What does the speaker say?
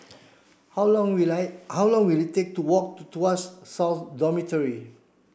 how long will how long will it take to walk to Tuas South Dormitory